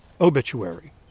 obituary